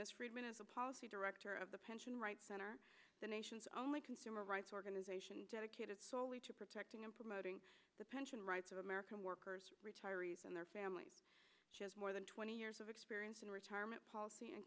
miss friedman is a policy director of the pension rights center the nation's only consumer rights organization dedicated solely to protecting and promoting the pension rights of american workers retirees and their families she has more than twenty years of experience in retirement policy